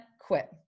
quit